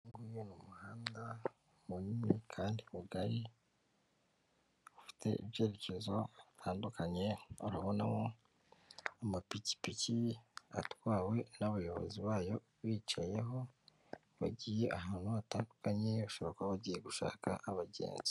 Uyunguyu ni umuhanda munini kandi mugari ufite ibyerekezo bitandukanye, urabonamo amapikipiki atwawe n'abayobozi bayo bicayeho bagiye ahantu hatandukanye bashobora kuba bagiye gushaka abagenzi.